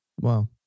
Wow